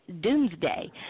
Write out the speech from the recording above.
doomsday